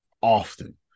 often